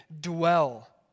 dwell